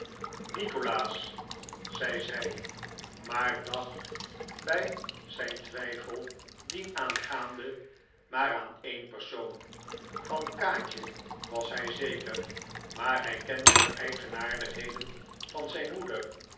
nikolaas zei zij maar dacht bij zijn twijfel dienaangaande maar aan een persoon van kaatje was hij zeker maar hij kende de eigenaardigheden van zijn moeder